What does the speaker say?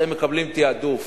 אז הם מקבלים תעדוף.